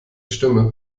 stimme